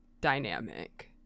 dynamic